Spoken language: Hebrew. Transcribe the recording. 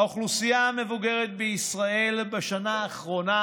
האוכלוסייה המבוגרת בישראל בשנה האחרונה